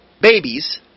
babies